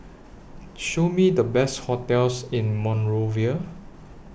Show Me The Best hotels in Monrovia